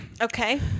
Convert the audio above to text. Okay